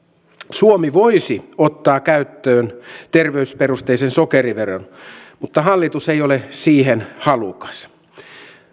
suomi voisi ottaa käyttöön terveysperusteisen sokeriveron mutta hallitus ei ole siihen halukas